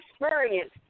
experience